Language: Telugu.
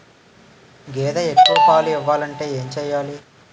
గేదె ఎక్కువ పాలు ఇవ్వాలంటే ఏంటి చెయాలి?